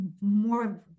more